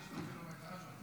יש לו קילומטרז'